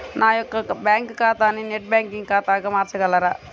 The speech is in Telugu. నా యొక్క బ్యాంకు ఖాతాని నెట్ బ్యాంకింగ్ ఖాతాగా మార్చగలరా?